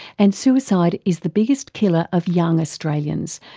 and suicide is the biggest killer of young australians,